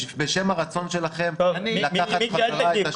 -- בשם הרצון שלכם לקחת חזרה את השלטון.